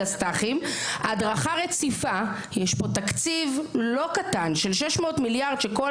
יש פה תקציב לא קטן של כ-600 מיליארד שקלים,